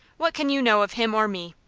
what can you know of him or me?